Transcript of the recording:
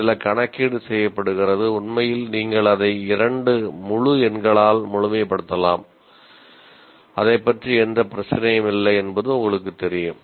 சில கணக்கீடு செய்யப்படுகிறது உண்மையில் நீங்கள் அதை இரண்டு முழு எண்களில் முழுமைப்படுத்தலாம் அதைப் பற்றி எந்த பிரச்சினையும் இல்லை என்பது உங்களுக்கு தெரியும்